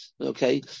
okay